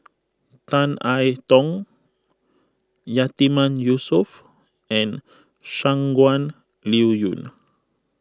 Tan I Tong Yatiman Yusof and Shangguan Liuyun